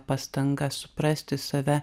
pastanga suprasti save